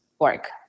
work